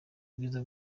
ubwiza